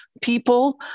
people